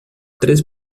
três